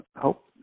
help